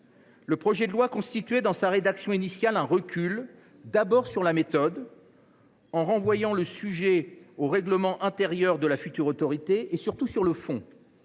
Le projet de loi introduisait, dans sa rédaction initiale, un recul, d’abord sur la méthode, en renvoyant le sujet au règlement intérieur de la future autorité, et surtout sur le fond,